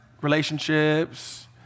relationships